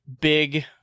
big